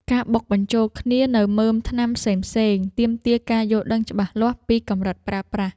ការបុកបញ្ជូលគ្នានូវមើមថ្នាំផ្សេងៗ ទាមទារការយល់ដឹងច្បាស់លាស់ពីកម្រិតប្រើប្រាស់។